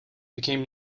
became